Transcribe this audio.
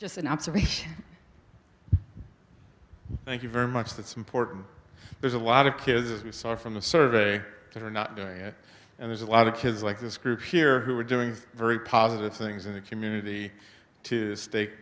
just an observation thank you very much that's important there's a lot of kids that we saw from the survey that are not doing it and there's a lot of kids like this group here who are doing very positive things in the community to stak